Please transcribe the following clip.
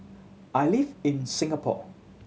I live in Singapore